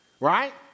right